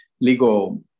legal